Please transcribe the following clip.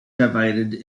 divided